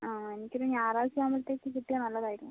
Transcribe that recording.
ആ എനിക്കൊരു ഞായറാഴ്ച്ച ആവുമ്പഴത്തേക്കും കിട്ടിയാൽ നല്ലതായിരുന്നു